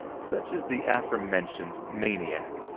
such as the aforementioned maniac.